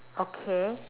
okay